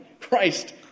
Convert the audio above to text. Christ